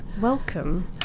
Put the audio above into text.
welcome